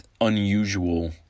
unusual